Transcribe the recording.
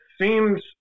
seems